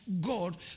God